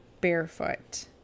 barefoot